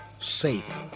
safe